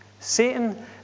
Satan